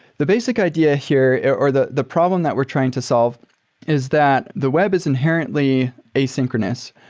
the basic idea here or the the problem that we're trying to solve is that the web is inherently asynchronous.